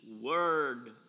word